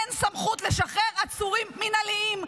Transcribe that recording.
אין סמכות לשחרר עצורים מינהליים,